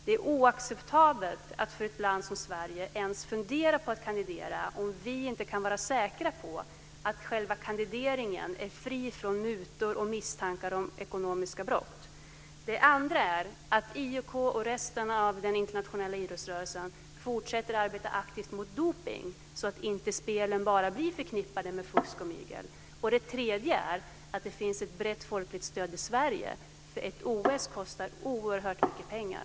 Det är oacceptabelt för ett land som Sverige att ens fundera på att kandidera om vi inte kan vara säkra på att själva kandideringen är fri från mutor och misstankar om ekonomiska brott. Den andra är att IOK och resten av den internationella idrottsrörelsen fortsätter att arbeta aktivt mot dopning, så att spelen inte bara blir förknippade med fusk och mygel. Den tredje är att det finns ett brett folkligt stöd i Sverige. Ett OS kostar oerhört mycket pengar.